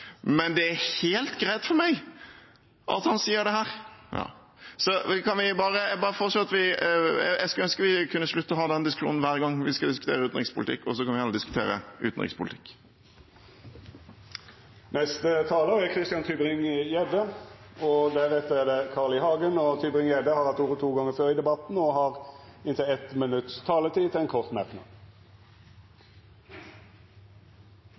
men det er helt greit for meg at han sier dette. Jeg skulle ønske at vi kunne slutte å ha den diskusjonen hver gang vi skal diskutere utenrikspolitikk, og så kan vi heller diskutere utenrikspolitikk. Representanten Christian Tybring-Gjedde har hatt ordet to gonger tidlegare og får ordet til ein kort merknad, avgrensa til 1 minutt. Er det